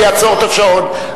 אני אעצור את השעון.